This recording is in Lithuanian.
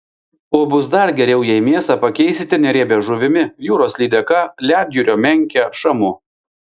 o bus dar geriau jei mėsą pakeisite neriebia žuvimi jūros lydeka ledjūrio menke šamu